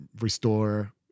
restore